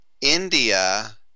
India